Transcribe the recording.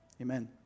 Amen